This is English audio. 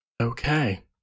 Okay